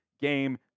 game